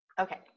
Okay